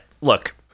look